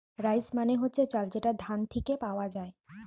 rice মানে হচ্ছে চাল যেটা ধান থিকে পাওয়া যায়